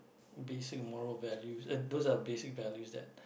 basic moral values uh those are basic values that